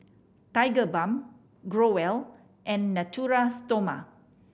Tigerbalm Growell and Natura Stoma